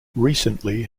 recently